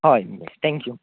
हय थँकयू